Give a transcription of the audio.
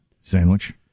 sandwich